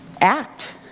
act